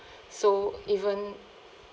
so even